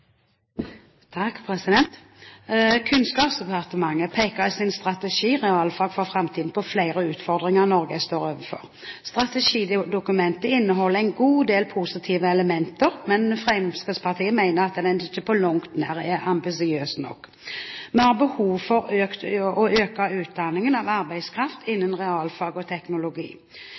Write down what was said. Kunnskapsdepartementet peker i sin strategi Realfag for framtida på flere utfordringer Norge står overfor. Strategidokumentet inneholder en god del positive elementer, men Fremskrittspartiet mener at den på langt nær er ambisiøs nok. Vi har behov for å øke utdanningen av arbeidskraft innen realfag og teknologi.